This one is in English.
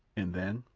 and then,